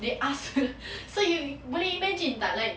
they ask so you boleh imagine tak like